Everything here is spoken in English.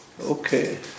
Okay